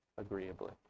agreeably